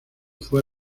fue